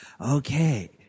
okay